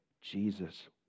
Jesus